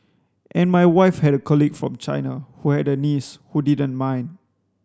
and my wife had a colleague from China who had a niece who didn't mind